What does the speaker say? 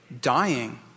dying